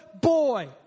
boy